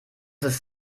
ist